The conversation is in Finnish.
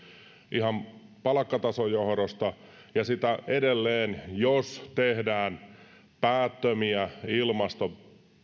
ihan palkkatason johdosta ja edelleen jos tehdään päättömiä ilmasto